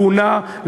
הגונה,